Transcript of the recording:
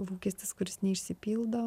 lūkestis kuris neišsipildo